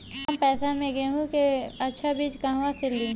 कम पैसा में गेहूं के अच्छा बिज कहवा से ली?